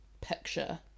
picture